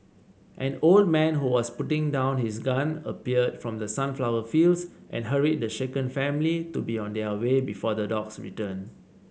an old man who was putting down his gun appeared from the sunflower fields and hurried the shaken family to be on their way before the dogs return